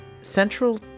central